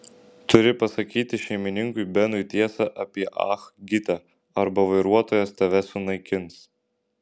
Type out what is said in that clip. turi pasakyti šeimininkui benui tiesą apie ah gitą arba vairuotojas tave sunaikins